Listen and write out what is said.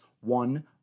one